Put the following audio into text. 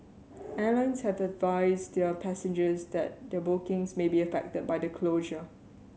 airlines have advised their passengers that their bookings may be affected by the closure